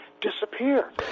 disappear